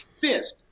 fist